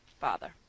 Father